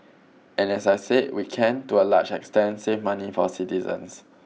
and as I said we can to a large extent save money for citizens